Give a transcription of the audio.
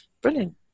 brilliant